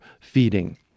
feeding